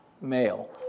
male